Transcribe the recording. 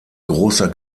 großer